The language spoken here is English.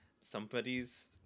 somebody's